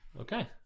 Okay